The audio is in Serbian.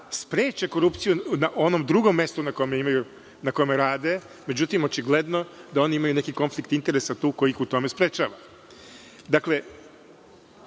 spreče korupciju na onom drugom mestu na kome imaju, na kome rade, međutim, očigledno da oni imaju neki konflikt interesa tu koji ih u tome sprečava. Dakle,